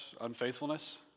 unfaithfulness